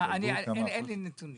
אין לי נתונים.